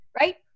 right